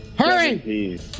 Hurry